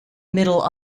middle